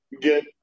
get